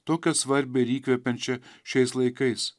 tokią svarbią ir įkvepiančią šiais laikais